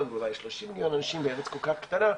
ואולי שלושים מיליון אנשים בארץ כל כך קטנה,